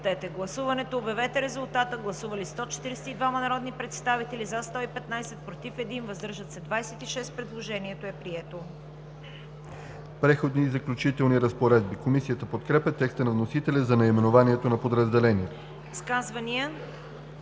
„Преходни и заключителни разпоредби“. Комисията подкрепя текста на вносителя за наименованието на подразделението.